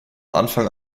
anfang